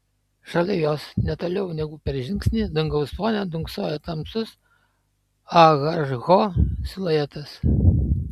šalia jos ne toliau negu per žingsnį dangaus fone dunksojo tamsus ah ho siluetas